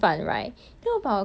tikopek at where though